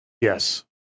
Yes